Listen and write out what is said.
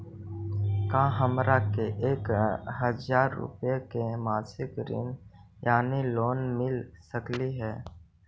का हमरा के एक हजार रुपया के मासिक ऋण यानी लोन मिल सकली हे?